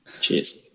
Cheers